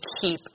keep